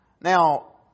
Now